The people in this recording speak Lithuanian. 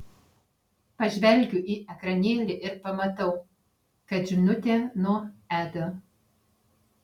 pažvelgiu į ekranėlį ir pamatau kad žinutė nuo edo